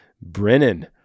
Brennan